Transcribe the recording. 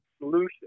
solution